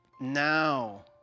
now